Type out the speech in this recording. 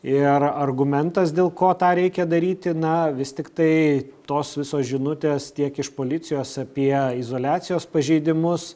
ir argumentas dėl ko tą reikia daryti na vis tiktai tos visos žinutės tiek iš policijos apie izoliacijos pažeidimus